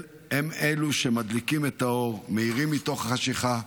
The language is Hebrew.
הם אלה שמדליקים את האור, מאירים מתוך החשכה.